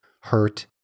hurt